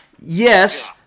Yes